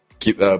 Keep